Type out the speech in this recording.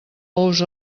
ous